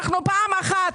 אנחנו פעם אחת.